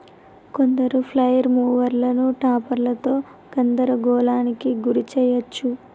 కొందరు ఫ్లైల్ మూవర్లను టాపర్లతో గందరగోళానికి గురి చేయచ్చు